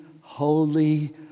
holy